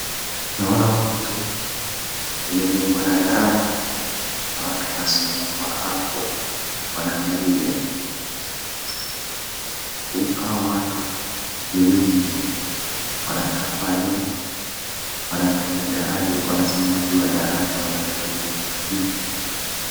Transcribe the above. Naona mto, imejengwa na daraja, na watu wanasimama kwa hapo wanaangalia, hao watu ni wengi, wanakaa pale wanaangalia daraja, wanasimama juu ya daraja wanaangalia.